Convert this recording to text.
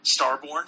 Starborn